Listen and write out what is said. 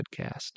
podcast